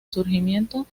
surgimiento